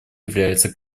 являются